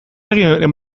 egin